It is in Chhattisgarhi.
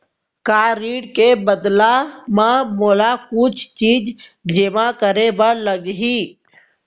का ऋण के बदला म मोला कुछ चीज जेमा करे बर लागही?